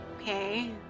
Okay